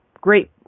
great